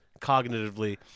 cognitively